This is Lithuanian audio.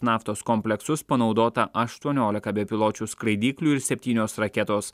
naftos kompleksus panaudota aštuoniolika bepiločių skraidyklių ir septynios raketos